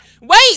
Wait